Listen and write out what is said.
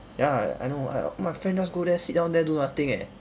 ya I know I all my friend just go there sit down there do nothing eh